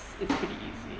it's getting easy